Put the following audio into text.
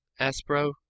Aspro